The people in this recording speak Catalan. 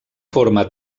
forma